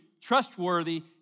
trustworthy